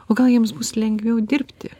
o gal jiems bus lengviau dirbti